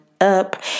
up